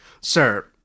sir